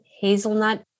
hazelnut